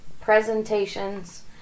presentations